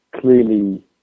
clearly